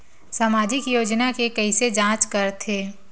सामाजिक योजना के कइसे जांच करथे?